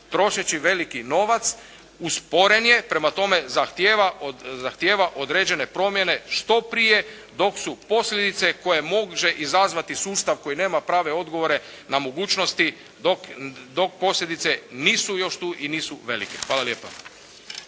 trošeći veliki novac usporen je, prema tome zahtjeva određene promjene što prije dok su posljedice koje može izazvati sustav koji nema prave odgovore na mogućnosti dok posljedice nisu još tu i nisu velike. Hvala lijepa.